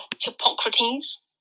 hippocrates